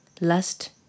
lust